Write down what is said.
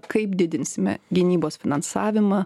kaip didinsime gynybos finansavimą